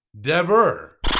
Dever